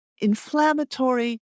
inflammatory